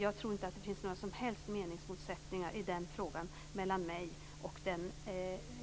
Jag tror inte att det finns några som helst meningsmotsättningar i den frågan mellan mig och den